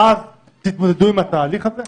ואז תתמודדו עם התהליך הזה?